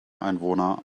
einwohner